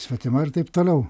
svetima ir taip toliau